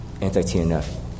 anti-TNF